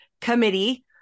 committee